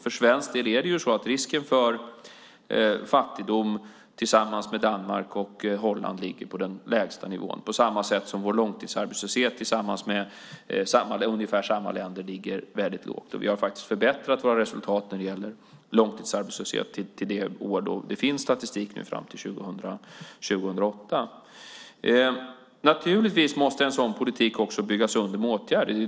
För svensk del ligger risken för fattigdom på den lägsta nivån, tillsammans med Danmark och Holland, på samma sätt som vår långtidsarbetslöshet också ligger mycket lågt, tillsammans med ungefär samma länder. Vi har faktiskt förbättrat våra resultat när det gäller långtidsarbetslöshet under den tid det finns statistik för, fram till 2008. Naturligtvis måste en sådan politik också byggas under med åtgärder.